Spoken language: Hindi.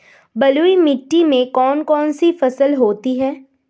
बलुई मिट्टी में कौन कौन सी फसल होती हैं?